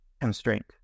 constraint